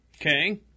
Okay